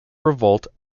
revolt